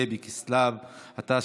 ה' בכסלו התש"ף,